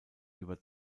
über